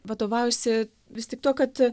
vadovaujuosi vis tik tuo kad